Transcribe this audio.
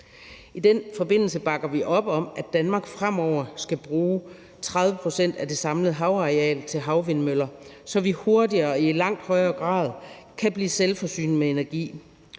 I den forbindelse bakker vi op om, at Danmark fremover skal bruge 30 pct. af det samlede havareal til havvindmøller, så vi hurtigere og i langt højere grad kan blive selvforsynende med energi.